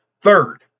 Third